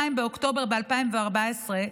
ב-22 באוקטובר 2014,